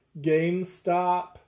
GameStop